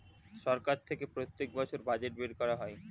সরকার থেকে প্রত্যেক বছর বাজেট বের করা হয়